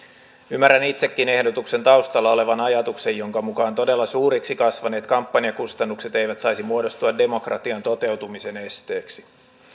ymmärrän itsekin ehdotuksen taustalla olevan ajatuksen jonka mukaan todella suureksi kasvaneet kampanjakustannukset eivät saisi muodostua demokratian toteutumisen esteeksi